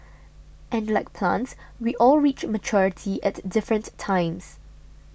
and like plants we all reach maturity at different times